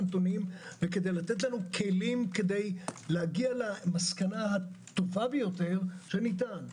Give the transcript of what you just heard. הנתונים וכדי לתת לנו כלים כדי להגיע למסקנה הטובה ביותר שניתן.